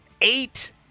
eight